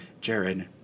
Jared